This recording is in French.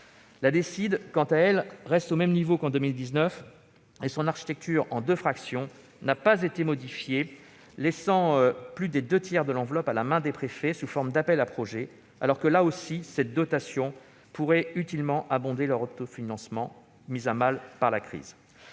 des départements (DSID) reste au même niveau qu'en 2019. Son architecture en deux fractions n'a pas été modifiée, laissant plus des deux tiers de l'enveloppe à la main des préfets sous forme d'appels à projets, alors que, là aussi, elle pourrait utilement abonder l'autofinancement, mis à mal par la crise.